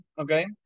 okay